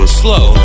slow